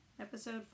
Episode